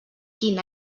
quin